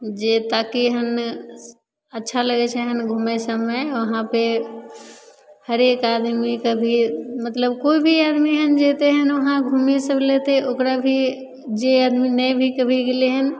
जे ताकि एहन अच्छा लगय छै एहन घुमय सभमे उहाँपर हरेक आदमीके भी मतलब कोइ भी आदमी एहन जेतय एहन उहाँ घुमय सभ लए तऽ ओकरा भी जे आदमी नहि भी कभी गेलय हन